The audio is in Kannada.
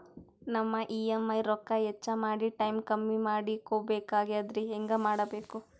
ನಮ್ಮ ಇ.ಎಂ.ಐ ರೊಕ್ಕ ಹೆಚ್ಚ ಮಾಡಿ ಟೈಮ್ ಕಮ್ಮಿ ಮಾಡಿಕೊ ಬೆಕಾಗ್ಯದ್ರಿ ಹೆಂಗ ಮಾಡಬೇಕು?